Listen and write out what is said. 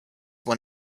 when